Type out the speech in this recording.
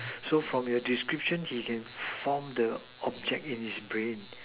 so from your description he can form the object in his brain